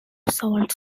sault